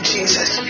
Jesus